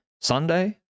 Sunday